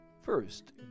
First